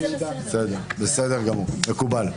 ייעודן, בסדר גמור, מקובל.